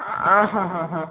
आ